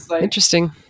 Interesting